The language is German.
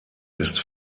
ist